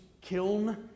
kiln